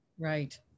right